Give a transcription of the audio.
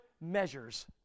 measures